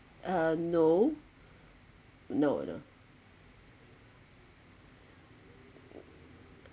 uh no no order